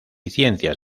ciencias